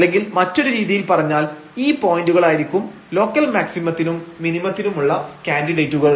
അല്ലെങ്കിൽ മറ്റൊരു രീതിയിൽ പറഞ്ഞാൽ ഈ പോയന്റുകളായിരിക്കും ലോക്കൽ മാക്സിമത്തിനും മിനിമത്തിനുമുള്ള കാൻഡിഡേറ്റുകൾ